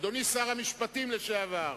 אדוני שר המשפטים לשעבר